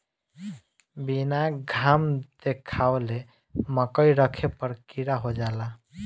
बीना घाम देखावले मकई रखे पर कीड़ा हो जाला